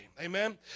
Amen